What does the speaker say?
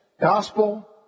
Gospel